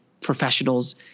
professionals